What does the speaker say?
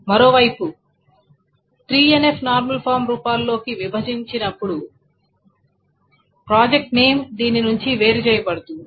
మరోవైపు 3NF normal form రూపాల్లోకి విభజించబడినప్పుడు ప్రాజెక్ట్ నేమ్ దీని నుండి వేరుచేయబడుతుంది